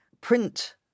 print